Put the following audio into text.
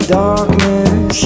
darkness